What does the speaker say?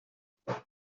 wurdt